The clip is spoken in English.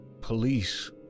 police